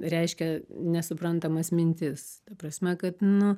reiškia nesuprantamas mintis ta prasme kad nu